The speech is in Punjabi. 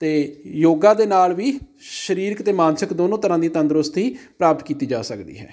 ਅਤੇ ਯੋਗਾ ਦੇ ਨਾਲ ਵੀ ਸਰੀਰਿਕ ਅਤੇ ਮਾਨਸਿਕ ਦੋਨੋਂ ਤਰ੍ਹਾਂ ਦੀ ਤੰਦਰੁਸਤੀ ਪ੍ਰਾਪਤ ਕੀਤੀ ਜਾ ਸਕਦੀ ਹੈ